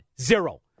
Zero